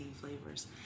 flavors